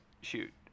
Shoot